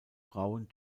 frauen